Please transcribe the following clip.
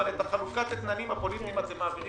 אבל את חלוקת האתננים הפוליטיים אתם מעבירים,